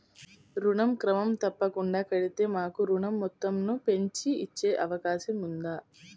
ఋణం క్రమం తప్పకుండా కడితే మాకు ఋణం మొత్తంను పెంచి ఇచ్చే అవకాశం ఉందా?